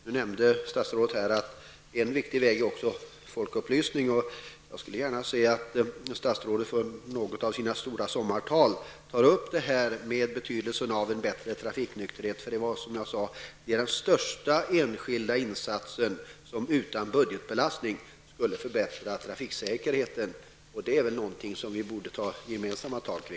Nu nämnde statsrådet här att en viktig väg är folkupplysning. Jag skulle gärna se att statsrådet i något av sina stora sommartal tar upp betydelsen av en bättre trafiknykterhet -- det är, som jag sade, den enskilda insats utan budgetbelastning som skulle förbättra trafiksäkerheten mest. Det är väl någonting som vi gemensamt borde ta tag i.